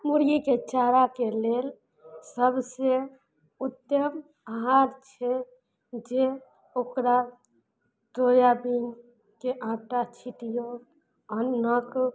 मुर्गीके चाराके लेल सभसँ उत्तम आहार छै जे ओकरा ट्रोयाबीनके आटा छिटियौ अन्नक